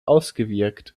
ausgewirkt